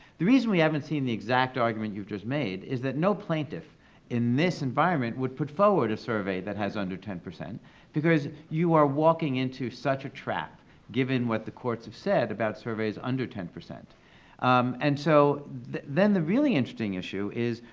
the reason we haven't seen the exact argument you've just made, is that no plaintiff in this environment would put forward a survey that has under ten percent because you are walking into such a trap given what the courts have said about surveys under ten. then um and so then the really interesting issue is,